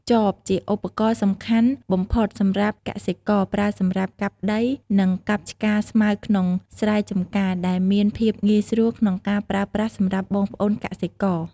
ចប ជាឧបករណ៍សំខាន់បំផុតសម្រាប់កសិករ ប្រើសម្រាប់កាប់ដី និងកាប់ឆ្ការស្មៅក្នុងស្រែចម្ការដែលមានភាពងាយស្រួលក្នុងការប្រើប្រាស់សម្រាប់បងប្អូនកសិករ។